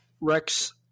Rex